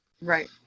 right